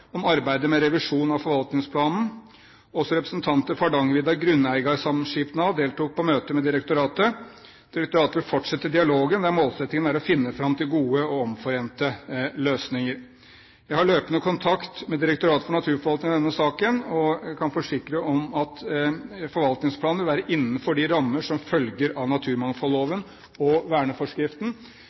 om arbeidet med revisjonen av forvaltningsplanen. Også representanter for Hardangervidda grunneigarsamskipnad deltok på møtet med direktoratet. Direktoratet vil fortsette dialogen, der målsettingen er å finne fram til gode og omforente løsninger. Jeg har løpende kontakt med Direktoratet for naturforvaltning i denne saken, og jeg kan forsikre om at forvaltningsplanen vil være innenfor de rammer som følger av naturmangfoldloven og verneforskriften.